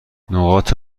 نقاط